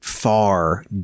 Far